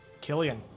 killian